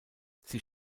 sie